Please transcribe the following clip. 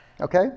Okay